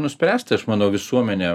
nuspręsti aš manau visuomenė